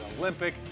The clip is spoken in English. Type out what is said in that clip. Olympic